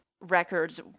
records